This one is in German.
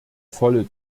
volle